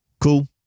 Cool